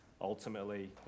Ultimately